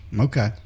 Okay